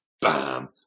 bam